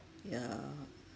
yeah